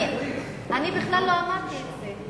אני בכלל לא אמרתי את זה.